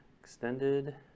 Extended